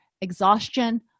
exhaustion